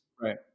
Right